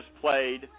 played